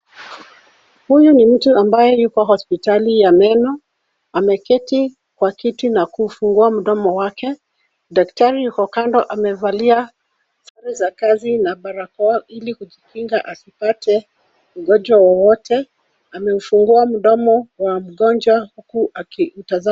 Huyu ni mtu ambaye yuko hospitali ya meno, ameketi kwa kiti na kufungua mdomo wake. Daktari yuko kando amevalia sare za kazi na barakoa ili kujikinga asipate ugonjwa wowote. Ameufungua mdomo wa mgonjwa huku akiutazama.